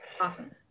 Awesome